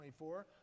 24